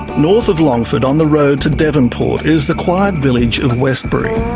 north of longford on the road to devonport is the quiet village of westbury.